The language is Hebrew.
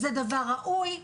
זה דבר ראוי,